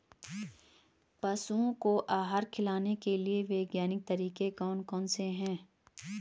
पशुओं को आहार खिलाने के लिए वैज्ञानिक तरीके कौन कौन से हैं?